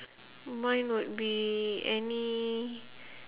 mine would be any